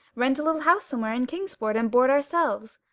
rent a little house somewhere in kingsport, and board ourselves?